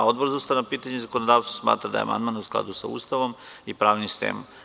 Odbor za ustavna pitanja i zakonodavstvo smatra da je amandman u skladu sa Ustavom i pravnim sistemom.